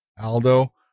aldo